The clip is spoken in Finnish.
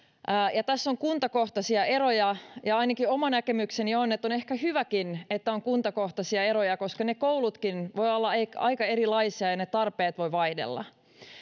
tässä on kuntakohtaisia eroja ja ainakin oma näkemykseni on että on ehkä hyväkin että on kuntakohtaisia eroja koska ne koulutkin voivat olla aika erilaisia ja ja ne tarpeet voivat vaihdella